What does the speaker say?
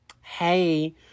hey